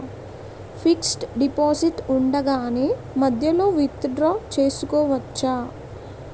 Fixed deposit ఉండగానే మధ్యలో withdraw చేసుకోవచ్చా?